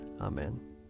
Amen